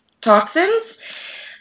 toxins